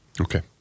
Okay